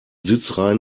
sitzreihen